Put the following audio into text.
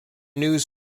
news